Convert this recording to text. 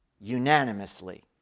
unanimously